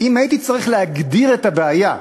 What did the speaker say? אם הייתי צריך להגדיר את הבעיה,